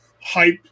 hype